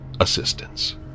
assistance